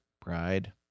pride